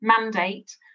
mandate